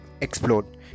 explode